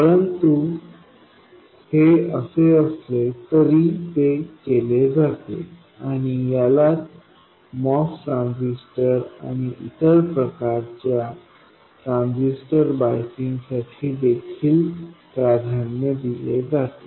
परंतु हे असे असले तरी ते केले जाते आणि यालाच MOS ट्रान्झिस्टर आणि इतर प्रकारच्या ट्रान्झिस्टर बायसिंगसाठी देखील प्राधान्य दिले जाते